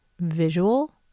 visual